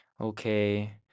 okay